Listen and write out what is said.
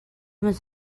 must